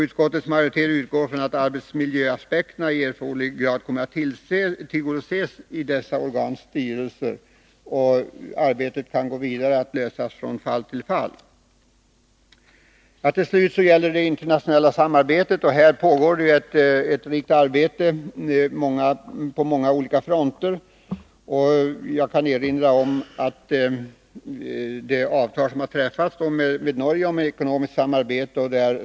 Utskottets majoritet utgår från att arbetsmiljöaspekterna i erforderlig grad kommer att tillgodoses i dessa organs styrelser och att arbetet kan gå vidare och problemen lösas från fall till fall. Till slut gäller det det internationella samarbetet. Här pågår ett unikt arbete på många olika fronter. Jag kan erinra om det avtal som träffats med Norge om ekonomiskt samarbete.